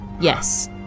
Yes